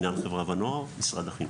מינהל חברה ונוער משרד החינוך.